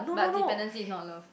but dependency is not love